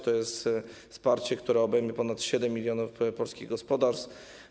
To jest wsparcie, które obejmie ponad 7 mln polskich gospodarstw.